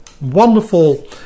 wonderful